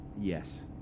Yes